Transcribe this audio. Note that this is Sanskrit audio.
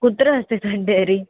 कुत्र अस्ति तद् डेरि